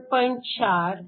4 2 आणि 1